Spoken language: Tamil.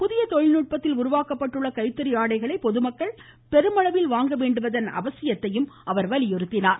புதிய தொழில்நுட்பத்தில் உருவாக்கப்பட்ட கைத்தறி ஆடைகளை பொதுமக்கள் பெருமளவில் வாங்க வேண்டுவதன் அவசியத்தையும் அவர் வலியுறுத்தியுள்ளார்